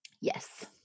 Yes